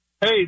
Hey